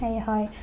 হয়